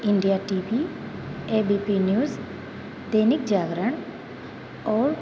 India T V A B P news Dainik Jagran और